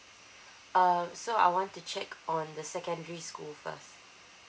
uh so I want to check on the secondary school first